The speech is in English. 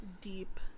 deep